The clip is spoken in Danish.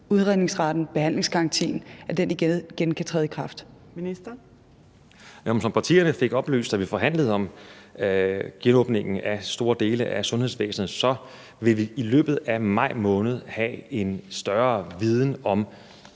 Sundheds- og ældreministeren (Magnus Heunicke): Som partierne fik oplyst, da vi forhandlede om genåbningen af store dele af sundhedsvæsenet, så vil vi i løbet af maj måned have en større viden om